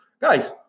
Guys